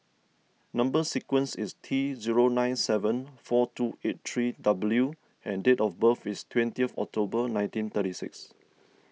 Number Sequence is T zero nine seven four two eight three W and date of birth is twenty of October nineteen thirty six